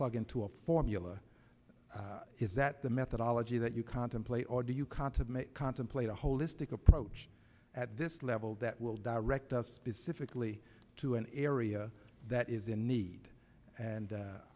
plug into a formula is that the methodology that you contemplate or do you consummate contemplate a holistic approach at this level that will direct us specifically to an area that is in need and